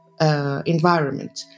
environment